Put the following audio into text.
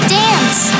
dance